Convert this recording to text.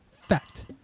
Fact